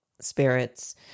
spirits